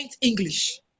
English